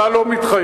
אתה לא מתחייב,